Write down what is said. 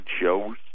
shows